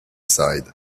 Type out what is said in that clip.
slide